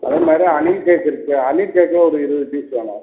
அதே மாதிரியே honey cake இருக்கா ஹனி கேக்கு ஒரு இருபது பீஸ் வேணும்